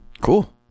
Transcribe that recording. Cool